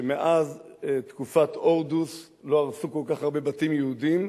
כשמאז תקופת הורדוס לא הרסו כל כך הרבה בתים יהודיים,